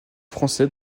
français